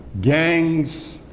gangs